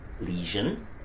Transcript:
lesion